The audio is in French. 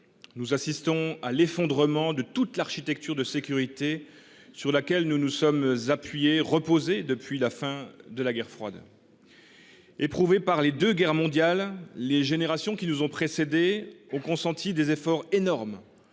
Nous assistons à l’effondrement de toute l’architecture de sécurité sur laquelle nous nous sommes reposés depuis la fin de la guerre froide. Éprouvées par les deux guerres mondiales, les générations qui nous ont précédés ont consenti des efforts énormes